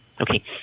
okay